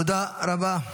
תודה רבה.